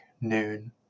noon